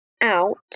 out